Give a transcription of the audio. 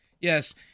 Yes